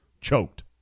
choked